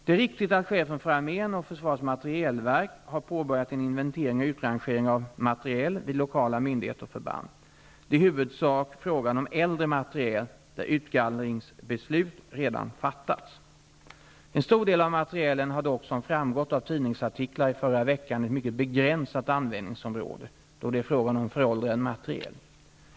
Det är riktigt att chefen för armén och försvarets materielverk har påbörjat en inventering och utrangering av materiel vid lokala myndigheter och förband. Det är i huvudsak fråga om äldre materiel där utgallringsbeslut redan fattats. En stor del av materielen har dock som framgått av tidningsartiklar i förra veckan ett mycket begränsat användningsområde, då det är fråga om föråldrad materiel.